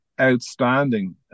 outstanding